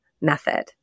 method